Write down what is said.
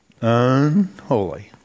Unholy